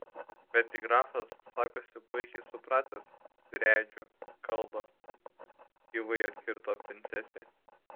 betgi grafas sakosi puikiai supratęs driadžių kalbą gyvai atkirto princesė